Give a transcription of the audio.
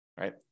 right